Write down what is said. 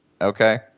okay